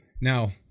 Now